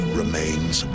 remains